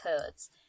Codes